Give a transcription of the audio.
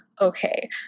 okay